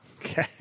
Okay